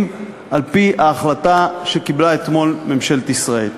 על-פי ההחלטה שקיבלה אתמול ממשלת ישראל.